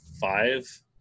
five